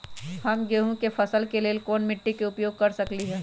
हम गेंहू के फसल के लेल कोन मिट्टी के उपयोग कर सकली ह?